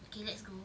K let's go